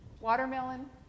watermelon